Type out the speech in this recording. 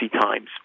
times